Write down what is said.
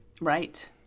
Right